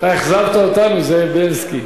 אתה אכזבת אותנו, זאב בילסקי.